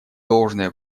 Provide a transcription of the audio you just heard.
должное